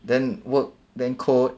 then work then code